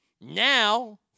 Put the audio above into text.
Now